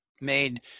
made